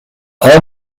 all